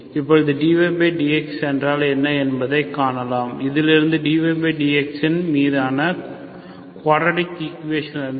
இப்போது dydx என்றாள் என்ன என்பதை காணலாம் இதிலிருந்து dydx இன் மீதான குவாட்டர்டிக் ஈக்குவேஷனிலிருந்து